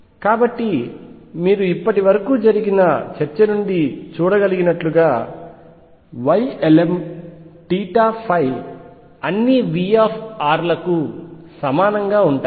కాబట్టి మీరు ఇప్పటివరకు జరిగిన చర్చ నుండి చూడగలిగినట్లుగా Ylmθϕ అన్ని V లకు సమానంగా ఉంటాయి